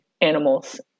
animals